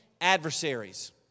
adversaries